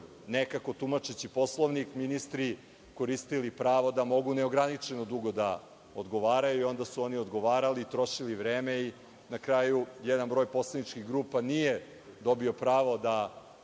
nekako, tumačeći Poslovnik, ministri koristili pravo da mogu neograničeno dugo da odgovaraju. Onda su oni odgovarali i trošili vreme i na kraju jedan broj poslaničkih grupa nije dobio pravo da